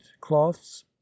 cloths